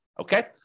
Okay